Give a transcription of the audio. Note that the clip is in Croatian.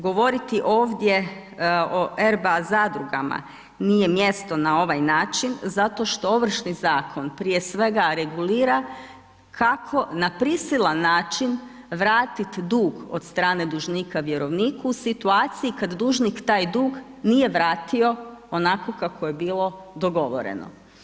Govoriti ovdje o RBA zadrugama nije mjesto na ovaj način zato što Ovršni zakon prije svega regulira kako na prisilan način vratiti dug od strane dužnika vjerovniku u situaciji kada dužnik taj dug nije vratio onako kako je bilo dogovoreno.